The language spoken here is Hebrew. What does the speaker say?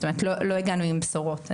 לא הגענו עם בשורות.